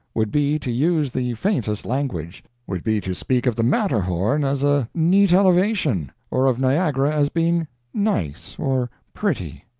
would be to use the faintest language would be to speak of the matterhorn as a neat elevation or of niagara as being nice or pretty.